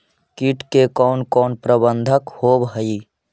किट के कोन कोन प्रबंधक होब हइ?